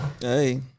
hey